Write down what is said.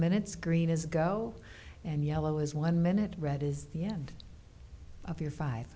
minutes green is go and yellow is one minute red is the end of your five